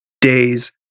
days